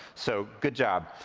so good job.